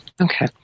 Okay